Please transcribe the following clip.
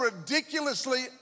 ridiculously